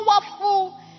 powerful